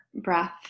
breath